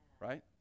right